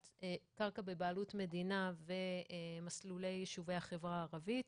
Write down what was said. בבעלות מדינה ומסלולי יישובי החברה הערבית.